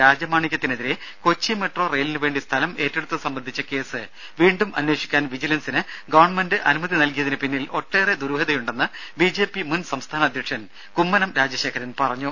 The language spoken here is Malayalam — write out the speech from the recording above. രാജമാണിക്യത്തിനെതിരെ കൊച്ചി മെട്രോ റെയിലിന് വേണ്ടി സ്ഥലം ഏറ്റെടുത്തത് സംബന്ധിച്ച കേസ് വീണ്ടും അന്വേഷിക്കാൻ വിജിലൻസിന് ഗവൺമെന്റ് അനുമതി നൽകിയതിന് പിന്നിൽ ഒട്ടേറെ ദുരൂഹതയുണ്ടെന്ന് ബിജെപി മുൻ സംസ്ഥാന അധ്യക്ഷൻ കുമ്മനം രാജശേഖരൻ പറഞ്ഞു